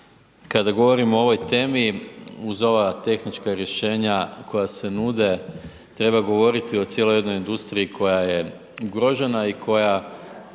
kada govorimo o ovoj temi uz ova tehnička rješenja koja se nude, treba govoriti o cijeloj jednoj industriji koja je ugrožena i koja